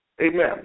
Amen